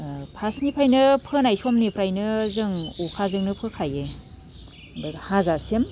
फार्स्टनिफ्रायनो फोनाय समनिफ्रायनो जों अखाजोंनो फोखायो हाजासिम